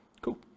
Cool